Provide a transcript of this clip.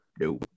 no